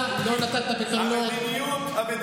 אתה לא נתת פתרונות, לא בדיור.